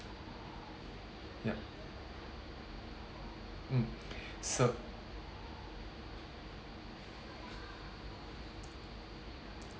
yup mm so